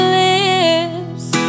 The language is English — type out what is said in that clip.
lips